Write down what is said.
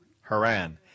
Haran